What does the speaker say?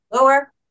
lower